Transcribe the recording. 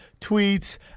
tweets